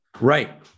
Right